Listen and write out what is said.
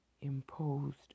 imposed